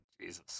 Jesus